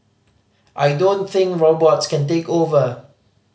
I don't think robots can take over